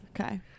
Okay